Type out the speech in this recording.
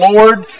Lord